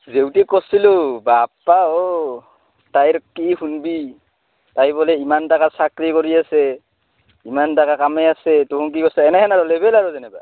জেউতিক কৰছিলোঁ বাপ্পা অ' তাইৰ কি শুনবি তাই বোলে ইমান টাকা চাকৰি কৰি আছে ইমান টাকা কামাই আছে তোহোঁত কি কৰছ এনেহেন আৰু লেবেল আৰু তেনেকুৱা